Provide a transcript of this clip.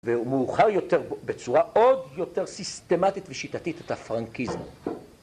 ‫והוא מאוחר יותר בצורה עוד יותר ‫סיסטמטית ושיטתית את הפרנקיזם.